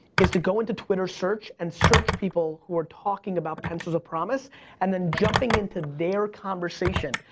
is to go into twitter search, and search people who are talking about pencils of promise and then jumping into their conversation,